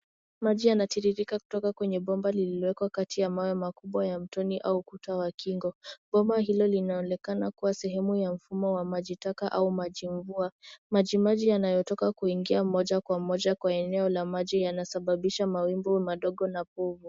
Maji yanatiririka kutoka kwenye bomba lililowekwa kati ya mawe makubwa ya mtoni au kuta wa kingo. Bomba hilo linaonekana kuwa sehemu ya mfumo wa maji taka au maji mvua. Majimaji yanayotoka kuingia moja kwa moja kwa eneo la maji yanasababisha mawimbi madogo na povu.